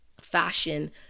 fashion